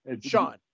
sean